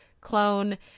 clone